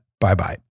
bye-bye